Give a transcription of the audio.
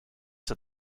that